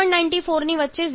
94 ની વચ્ચે 0